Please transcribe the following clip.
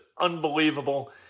unbelievable